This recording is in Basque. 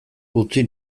utzi